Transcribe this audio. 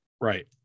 Right